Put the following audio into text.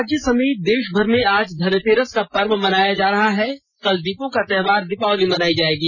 राज्य समेंत देशभर में आज धनतेरस का पर्व मनाया जा रहा है कल दीपो का त्यौहार दीपावली मनायी जाएगी